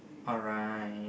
alright